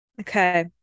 okay